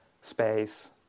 space